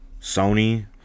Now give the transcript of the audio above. Sony